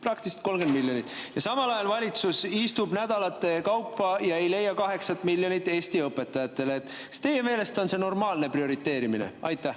praktiliselt 30 miljonit. Samal ajal istub valitsus nädalate kaupa ja ei leia 8 miljonit Eesti õpetajatele. Kas teie meelest on see normaalne prioriseerimine? Aitäh!